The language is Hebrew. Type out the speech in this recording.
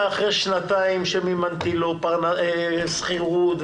אחרי שנתיים שמימנתי לו שכירות,